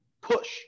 push